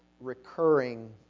recurring